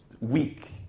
weak